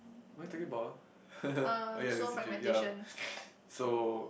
what are we talking about ah oh ya the surgery ya so